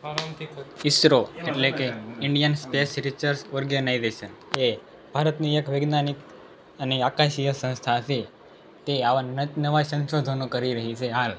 ઈસરો એટલે કે Indian space research organisation એ ભારતની એક વૈજ્ઞાનિક અને આકાશીય સંસ્થા છે તે આવા નત નવા સંશોધનો કરી રહી છે હાલ